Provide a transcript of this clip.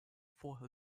for